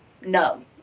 no